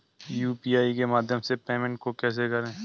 UPI के माध्यम से पेमेंट को कैसे करें?